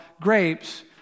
grapes